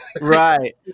right